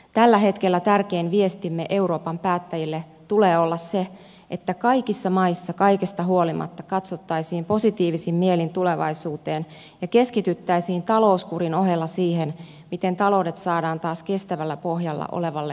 tällä hetkellä tärkeimmän viestimme euroopan päättäjille tulee olla se että kaikissa maissa kaikesta huolimatta katsottaisiin positiivisin mielin tulevaisuuteen ja keskityttäisiin talouskurin ohella siihen miten taloudet saadaan taas kestävällä pohjalla olevalle kasvu uralle